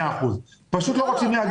100%. פשוט לא רוצים להגיע.